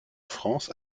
france